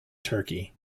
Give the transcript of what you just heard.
turkey